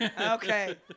Okay